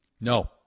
No